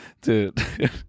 Dude